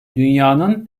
dünyanın